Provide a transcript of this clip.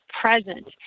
present